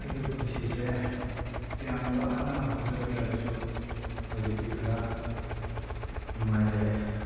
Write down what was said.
ꯑꯩꯒꯤ ꯄꯨꯟꯁꯤꯁꯦ ꯌꯥꯝ ꯋꯥꯅ ꯍꯧꯖꯔꯛꯂꯒꯁꯨ ꯍꯧꯖꯤꯛꯇꯤ ꯈꯔ ꯅꯨꯡꯉꯥꯏꯖꯔꯦ